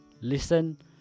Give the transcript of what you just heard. listen